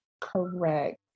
Correct